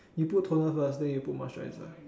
you put toner first then you put moisturizer